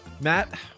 Matt